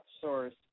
source